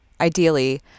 Ideally